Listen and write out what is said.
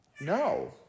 No